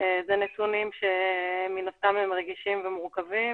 אלה נתונים שהם מן הסתם רגישים ומורכבים